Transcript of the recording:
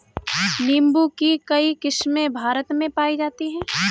नीम्बू की कई किस्मे भारत में पाई जाती है